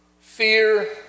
fear